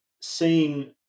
seeing